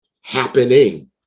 happening